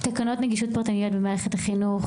תקנות נגישות פרטנית במערכת החינוך